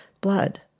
blood